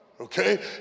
okay